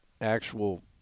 actual